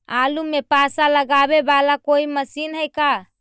आलू मे पासा लगाबे बाला कोइ मशीन है का?